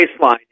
baseline